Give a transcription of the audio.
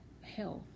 health